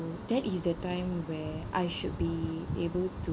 that is the time where I should be able to